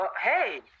Hey